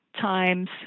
Times